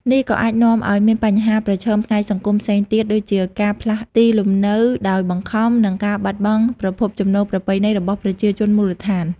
នេះក៏អាចនាំឲ្យមានបញ្ហាប្រឈមផ្នែកសង្គមផ្សេងទៀត ដូចជាការផ្លាស់ទីលំនៅដោយបង្ខំ និងការបាត់បង់ប្រភពចំណូលប្រពៃណីរបស់ប្រជាជនមូលដ្ឋាន។